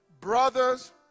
Brothers